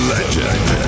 Legend